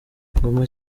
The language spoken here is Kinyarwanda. ngoma